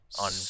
on